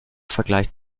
vergleicht